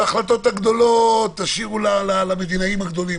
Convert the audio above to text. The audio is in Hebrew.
את ההחלטות הגדולות תשאירו למדינאים הגדולים.